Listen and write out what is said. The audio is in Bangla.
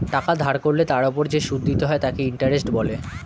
টাকা ধার করলে তার ওপর যে সুদ দিতে হয় তাকে ইন্টারেস্ট বলে